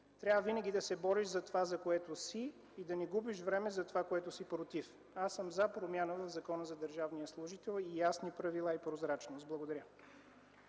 „Трябва винаги да се бориш за това, за което си и да не губиш време за това, за което си против”. Аз съм за промяна в Закона за държавния служител, ясни правила и прозрачност. Благодаря.